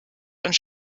und